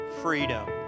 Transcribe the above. Freedom